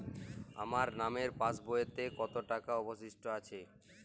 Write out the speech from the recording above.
আমার নামের পাসবইতে কত টাকা অবশিষ্ট আছে?